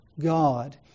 God